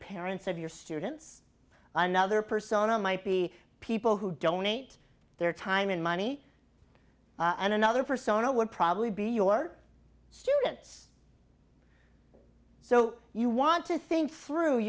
parents of your students another persona might be people who donate their time and money and another persona would probably be your students so you want to think through